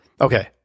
Okay